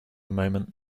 moment